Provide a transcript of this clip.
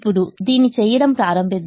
ఇప్పుడు దీన్ని చేయడం ప్రారంభిద్దాం